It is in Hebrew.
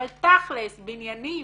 אבל תכלס, בניינים,